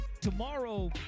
tomorrow